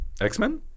X-Men